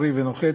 שממריא ונוחת.